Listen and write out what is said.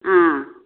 ஆ